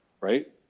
Right